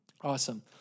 Awesome